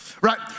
right